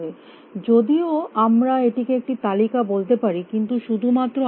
যদিও আমরা এটিকে একটি তালিকা বলতে পারি কিন্তু শুধুমাত্র আলোচনার জন্য